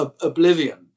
oblivion